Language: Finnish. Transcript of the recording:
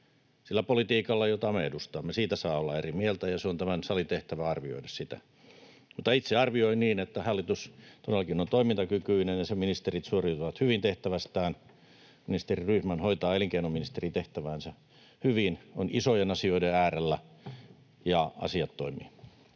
sillä politiikalla, jota me edustamme. Siitä saa olla eri mieltä, ja on tämän salin tehtävä arvioida sitä. Mutta itse arvioi niin, että hallitus todellakin on toimintakykyinen ja sen ministerit suoriutuvat hyvin tehtävästään, ministeri Rydman hoitaa elinkeinoministerin tehtäväänsä hyvin, on isojen asioiden äärellä ja asiat toimii.